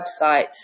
websites